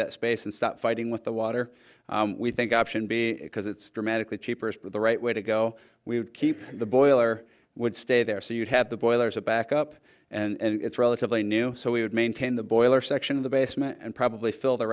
that space and stop fighting with the water we think option b because it's dramatically cheaper is the right way to go we keep the boiler would stay there so you'd have the boiler as a backup and it's relatively new so we would maintain the boiler section of the basement and probably fill the